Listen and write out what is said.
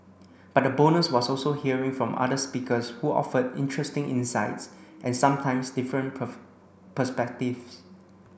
but the bonus was also hearing from other speakers who offered interesting insights and sometimes different per perspectives